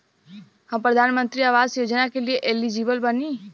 हम प्रधानमंत्री आवास योजना के लिए एलिजिबल बनी?